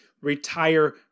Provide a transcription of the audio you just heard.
retire